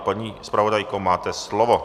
Paní zpravodajko, máte slovo.